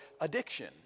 addiction